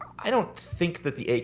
i don't think that the